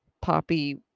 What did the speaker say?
Poppy